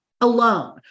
alone